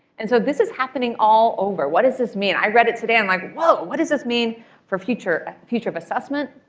and so this is happening all over. what does this mean? i read it today. i'm like, whoa, what does this mean for future future of assessment?